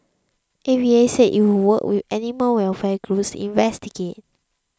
A V A said it would work with animal welfare groups investigate